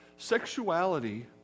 Sexuality